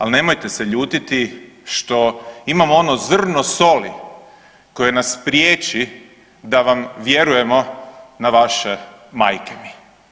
Al nemojte se ljutiti što imamo ono zrno soli koje nas priječi da vam vjerujemo na vaše „majke mi“